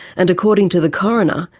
and according to the coroner,